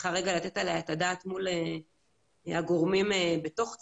צריכה רגע לתת עליה את הדעת מול הגורמים בתוך צה"ל,